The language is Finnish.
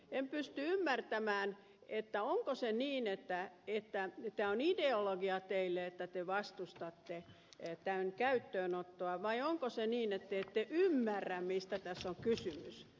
en pysty ymmärtämään onko se niin että tämä on ideologiaa teille että te vastustatte tämän käyttöönottoa vai onko se niin että te ette ymmärrä mistä tässä on kysymys